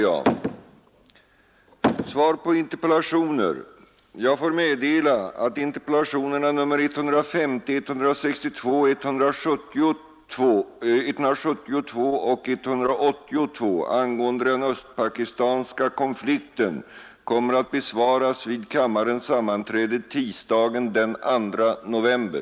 Jag får meddela att interpellationerna nr 150, 162, 172 och 182 angående den östpakistanska konflikten kommer att besvaras vid kammarens sammanträde tisdagen den 2 november.